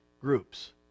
groups